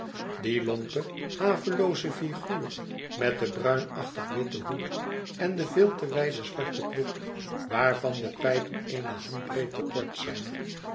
die lompe havelooze figuur met den bruinachtig witten hoed en de veel te wijde zwarte broek waarvan de pijpen eene handbreed te kort zijn